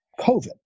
COVID